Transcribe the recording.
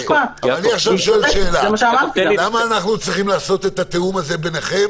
אני לא יודע אם זה רק שר המשפטים כי שר המשפטים הוא בעצם מתכלל,